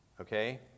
okay